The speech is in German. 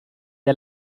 der